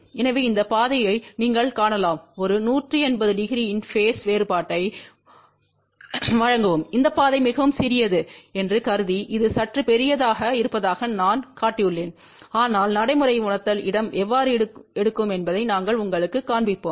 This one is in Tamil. எனவே இந்த பாதையை நீங்கள் காணலாம் ஒரு 1800இன் பேஸ் வேறுபாட்டை வழங்கவும் இந்த பாதை மிகவும் சிறியது என்று கருதி இது சற்று பெரியதாக இருப்பதாக நான் காட்டியுள்ளேன் ஆனால் நடைமுறை உணர்தல் இடம் எவ்வாறு எடுக்கும் என்பதை நாங்கள் உங்களுக்குக் காண்பிப்போம்